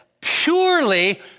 purely